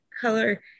Color